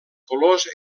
colors